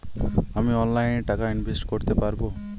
আমি অনলাইনে টাকা ইনভেস্ট করতে পারবো?